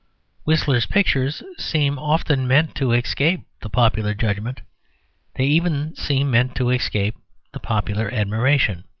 whistler's pictures seem often meant to escape the popular judgment they even seem meant to escape the popular admiration.